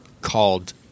called